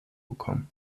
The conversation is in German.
bekommen